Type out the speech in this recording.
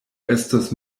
estos